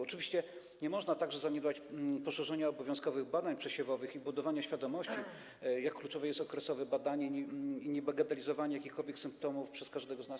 Oczywiście nie można także zaniedbywać poszerzenia obowiązkowych badań przesiewowych i budowania świadomości, jak kluczowe jest okresowe badanie i niebagatelizowanie jakichkolwiek symptomów przez każdego z nas.